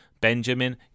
Benjamin